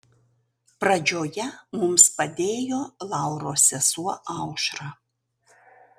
pradžioje mums padėjo lauros sesuo aušra